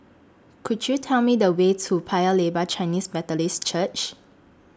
Could YOU Tell Me The Way to Paya Lebar Chinese Methodist Church